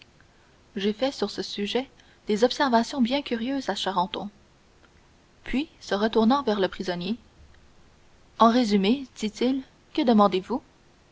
j'ai fait sur ce sujet des observations bien curieuses à charenton puis se retournant vers le prisonnier en résumé dit-il que demandez-vous